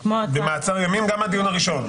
במעצר ימים גם הדיון הראשון.